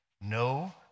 No